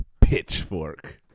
Pitchfork